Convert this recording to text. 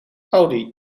audi